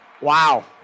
Wow